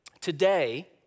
today